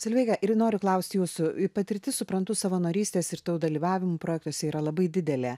solveiga ir noriu klaust jūsų patirtis suprantu savanorystės ir tų dalyvavimų projektuose yra labai didelė